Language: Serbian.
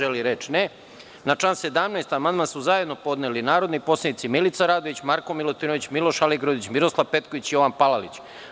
Da li neko želi reč? (Ne) Na član 17. amandman su zajedno podneli narodni poslanici Milica Radović, Marko Milutinović, Miloš Aligrudić, Miroslav Petković i Jovan Palalić.